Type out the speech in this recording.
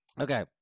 Okay